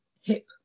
hip